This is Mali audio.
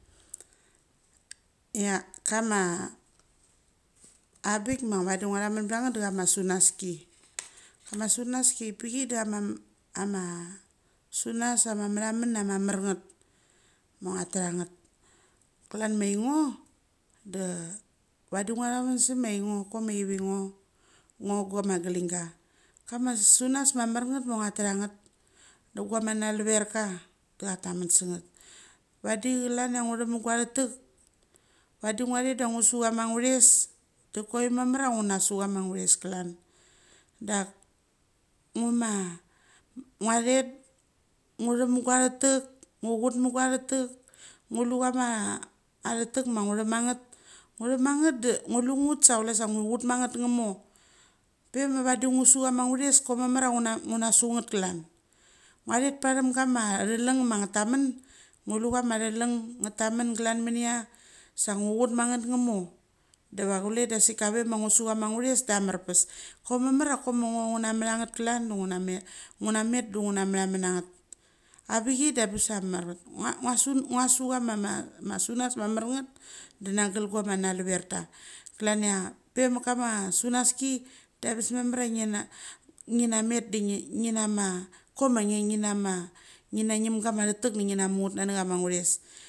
Ngia kama abik ma vade ngo thamen pachnget dacha ma sunaski. A ma sunaski pik chai a ma sunas a ma methamem amar nget ma ngia tehanet. Kilan maingo da vade ngethanen sema ingo, kok ma thiuingo. ngo gama glinga. Kama sunas mamar nget ma nget ma autha nget da guamanveka da cha thamen senget vade chlan chia nguthik ma guathik vade ngo thet da. Ngusu ma nguthes, da koi mamar ngo na sa chia ma nguthes klan. Dak ngu ma ngia thet nguthek ma gua thetek, ngnchut ma guathetek ngulu chama athetka ma ngo thek mathek, nguthes ma nget da ngulu thet sa chula sa nguchut manget ngo thaes koi mamr su nget klan. Ngia thet path. Kama theleng em, ma ngn thamen ngn thamen klan mengia sa aguchut ma nget ngmo dava chule da sik kave ma ngusu chama nguthes dammappes, koi mamang chia kok mano nguna matha nget klan ngunamet da nguna mathem na nget. Avikia da anbes cha amarpes ngua su a ma suans a marnget da ngle guia ma naruveta. Klan chia pemek kama asunaski de chesnia mamar nge na me da nge na ma kok ma nge nge ngina ma ngim thetek da ngi namo nget nani cha ma thaes.